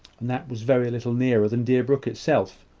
and that was very little nearer than deerbrook itself.